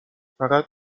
فقط